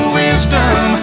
wisdom